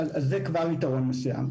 זה כבר יתרון מסוים.